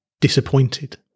disappointed